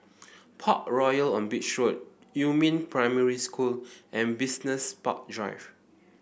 Parkroyal on Beach Road Yumin Primary School and Business Park Drive